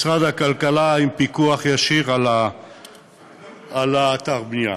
משרד הכלכלה עם פיקוח ישיר על אתר הבנייה.